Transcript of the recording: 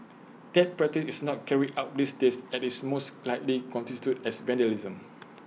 that practice is not carried out these days as IT most likely constitutes as vandalism